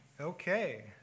Okay